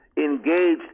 engaged